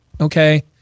okay